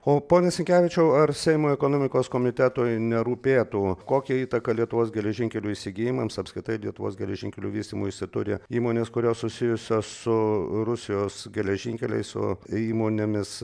o pone sinkevičiau ar seimo ekonomikos komitetui nerūpėtų kokią įtaką lietuvos geležinkelių įsigijimams apskritai lietuvos geležinkelių vystymuisi turi įmonės kurios susijusios su rusijos geležinkeliais su įmonėmis